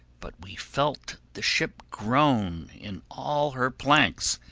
but we felt the ship groan in all her planks,